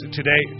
today